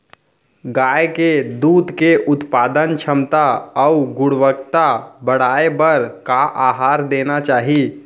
गाय के दूध के उत्पादन क्षमता अऊ गुणवत्ता बढ़ाये बर का आहार देना चाही?